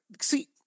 See